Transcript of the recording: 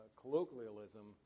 colloquialism